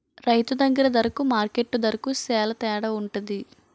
రైతు దగ్గర దరకు మార్కెట్టు దరకు సేల తేడవుంటది